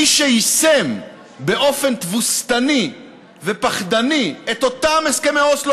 מי שיישם באופן תבוסתני ופחדני את אותם הסכמי אוסלו,